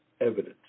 evidence